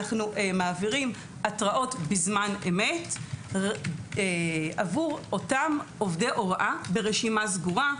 -- אנחנו מעבירים התרעות בזמן אמת עבור אותם עובדי הוראה ברשימה סגורה,